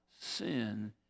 sin